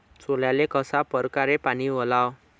सोल्याले कशा परकारे पानी वलाव?